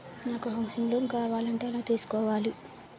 నాకు housing loan కావాలంటే ఎలా తీసుకోవాలి?